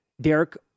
Derek